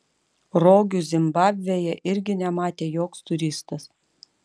rogių zimbabvėje irgi nematė joks turistas